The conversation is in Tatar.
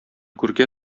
күркә